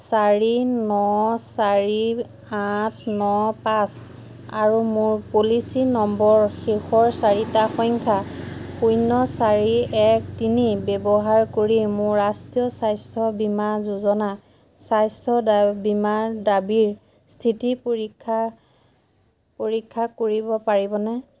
চাৰি ন চাৰি আঠ ন পাঁচ আৰু মোৰ পলিচী নম্বৰ শেষৰ চাৰিটা সংখ্যা শূন্য চাৰি এক তিনি ব্যৱহাৰ কৰি মোৰ ৰাষ্ট্ৰীয় স্বাস্থ্য বীমা যোজনা স্বাস্থ্য বীমা দাবীৰ স্থিতি পৰীক্ষা পৰীক্ষা কৰিব পাৰিবনে